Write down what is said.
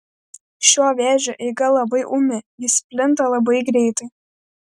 šio vėžio eiga yra labai ūmi jis plinta labai greitai